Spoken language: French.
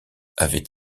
avait